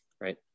right